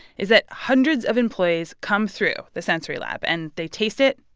is that hundreds of employees come through the sensory lab. and they taste it.